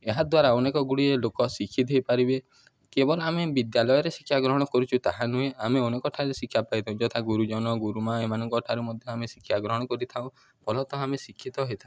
ଏହା ଦ୍ୱାରା ଅନେକ ଗୁଡ଼ିଏ ଲୋକ ଶିକ୍ଷିତ ହୋଇପାରିବେ କେବଳ ଆମେ ବିଦ୍ୟାଳୟରେ ଶିକ୍ଷା ଗ୍ରହଣ କରୁଛୁ ତାହା ନହେଁ ଆମେ ଅନେକଠାରେ ଶିକ୍ଷା ପାଇଥାଉ ଯଥା ଗୁରୁଜନ ଗୁରୁମା ଏମାନଙ୍କ ଠାରୁ ମଧ୍ୟ ଆମେ ଶିକ୍ଷା ଗ୍ରହଣ କରିଥାଉ ଫଳତଃ ଆମେ ଶିକ୍ଷିତ ହୋଇଥାଉ